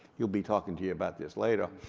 he'll be talking to you about this later.